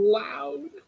loud